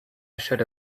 should